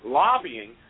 lobbying